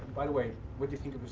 by the way, what do you think of